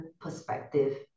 perspective